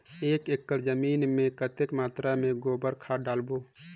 एक एकड़ जमीन मे कतेक मात्रा मे गोबर खाद डालबो?